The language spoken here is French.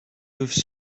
peuvent